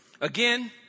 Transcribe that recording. Again